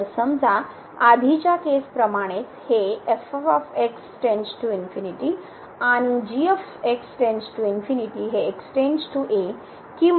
तर समजा आधीच्या केसप्रमाणेच हे आणि हे x → a किंवा